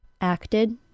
Acted